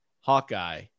Hawkeye